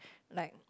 like